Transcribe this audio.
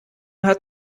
hat